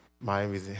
Miami